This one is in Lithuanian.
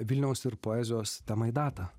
vilniaus ir poezijos temai datą